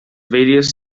various